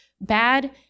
Bad